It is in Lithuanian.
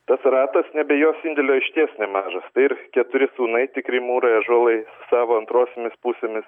tas ratas nebe jos indėlio išties nemažas tai ir keturi sūnai tikri mūrai ąžuolai savo antrosiomis pusėmis